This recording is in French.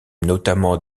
notamment